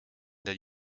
der